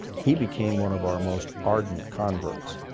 he became one of our most ardent converts,